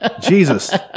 Jesus